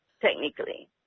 technically